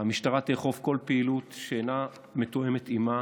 והמשטרה תאכוף כל פעילות שאינה מתואמת עימה